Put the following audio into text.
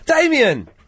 Damien